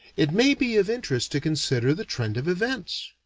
it may be of interest to consider the trend of events.